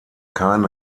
kein